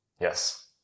Yes